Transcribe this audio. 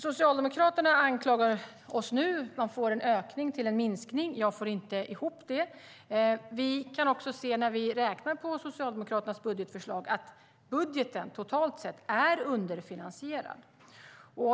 Socialdemokraterna får en ökning till att bli en minskning. Jag får inte ihop det. När vi räknar på Socialdemokraternas budgetförslag kan vi se att det totalt sett är underfinansierat.